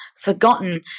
forgotten